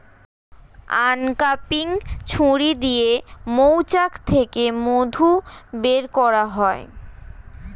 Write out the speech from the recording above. uncapping ছুরি দিয়ে মৌচাক থেকে মধু বের করা হয়